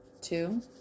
two